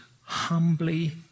humbly